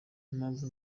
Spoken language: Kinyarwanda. impamvu